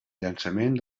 llançament